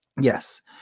Yes